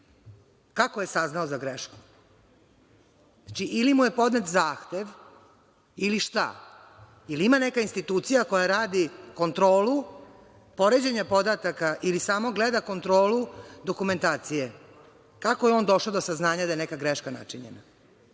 Kako je saznao za grešku? Znači, ili mu je podnet zahtev ili šta? Jel ima neka institucija koja radi kontrolu poređenja podataka ili samo gleda kontrolu dokumentacije? Kako je on došao do saznanja da je neka greška načinjena?U